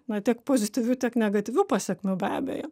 na tiek pozityvių tiek negatyvių pasekmių be abejo